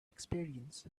experience